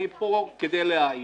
אני פה כדי להעיד.